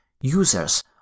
users